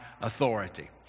authority